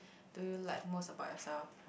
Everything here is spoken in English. do you like most about yourself